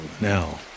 now